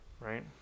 right